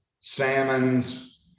Salmon's